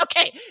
Okay